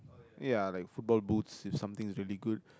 ya like football boots if something is really good